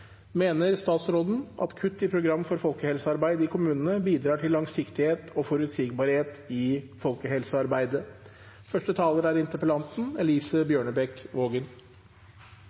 Mener statsråden at kutt i program for folkehelsearbeid i kommunene bidrar til langsiktighet og forutsigbarhet i folkehelsearbeidet